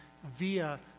via